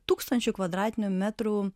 tūkstančių kvadratinių metrų